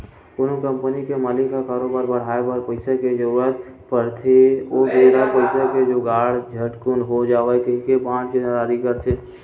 कोनो कंपनी के मालिक ल करोबार बड़हाय बर पइसा के जरुरत रहिथे ओ बेरा पइसा के जुगाड़ झटकून हो जावय कहिके बांड जारी करथे